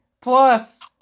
plus